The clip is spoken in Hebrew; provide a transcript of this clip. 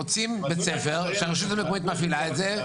מוצאים בית-ספר שהרשות המקומית מפעילה את זה,